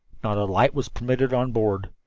not a light was permitted on board.